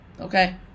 Okay